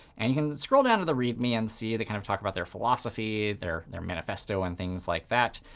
and you can scroll down to the read me and see, they kind of talk about their philosophy, their their manifesto, and things like that.